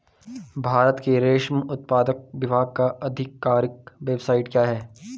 भारत के रेशम उत्पादन विभाग का आधिकारिक वेबसाइट क्या है?